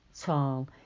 tall